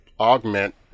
augment